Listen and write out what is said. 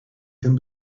can